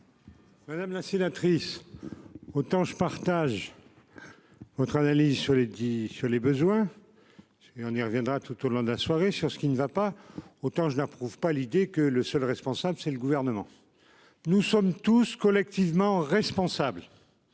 Madame la sénatrice. Autant je partage. Votre analyse sur les 10 sur les besoins. Et on y reviendra tout au long de la soirée sur ce qui ne va pas autant je n'approuve pas l'idée que le seul responsable c'est le gouvernement. Nous sommes tous collectivement responsables.